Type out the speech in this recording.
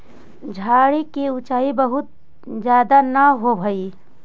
झाड़ि के ऊँचाई बहुत ज्यादा न होवऽ हई